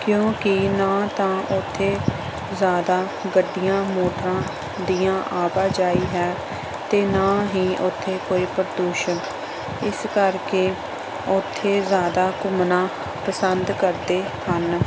ਕਿਉਂਕਿ ਨਾ ਤਾਂ ਉੱਥੇ ਜ਼ਿਆਦਾ ਗੱਡੀਆਂ ਮੋਟਰਾਂ ਦੀਆਂ ਆਵਾਜਾਈ ਹੈ ਅਤੇ ਨਾ ਹੀ ਉੱਥੇ ਕੋਈ ਪ੍ਰਦੂਸ਼ਣ ਇਸ ਕਰਕੇ ਉੱਥੇ ਜ਼ਿਆਦਾ ਘੁੰਮਣਾ ਪਸੰਦ ਕਰਦੇ ਹਨ